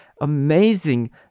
amazing